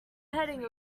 heading